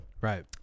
Right